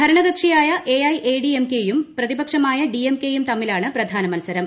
ഭരണകക്ഷിയായ എഐഎഡിഎംകെയും പ്രതിപക്ഷമായ ഡി എം കെയും തമ്മിലാണ് പ്രധ്നാന മത്സരം